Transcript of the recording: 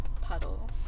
Puddle